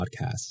podcasts